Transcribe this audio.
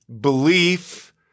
belief